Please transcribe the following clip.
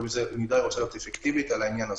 ובאיזו מידה היא רוצה להיות אפקטיבית בעניין הזה.